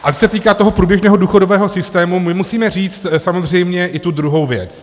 A co se týká průběžného důchodového systému, my musíme říct samozřejmě i tu druhou věc.